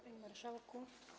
Panie Marszałku!